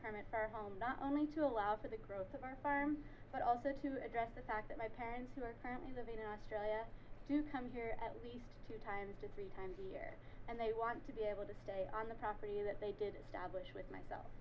permit not only to allow for the growth of our farm but also to address the fact that my parents who are currently living in australia to come here at least two times to three times a year and they want to be able to stay on the property that they did establish with